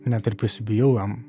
net ir prisibijau jam